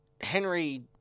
Henry